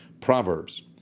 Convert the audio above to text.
Proverbs